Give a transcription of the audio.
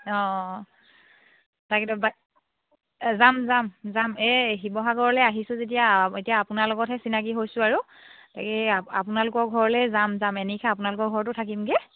অঁ তাকেইতো বা যাম যাম যাম এই শিৱসাগৰলৈ আহিছোঁ যেতিয়া এতিয়া আপোনাৰ লগতহে চিনাকী হৈছোঁ আৰু তাকে এই আপোনালোকৰ ঘৰলৈ যাম যাম এনিশা আপোনালোকৰ ঘৰটো থাকিমগৈ